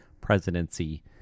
presidency